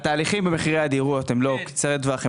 התהליכים במחירי הדירות הם לא קצרי טווח,